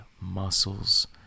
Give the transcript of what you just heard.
muscles